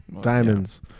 diamonds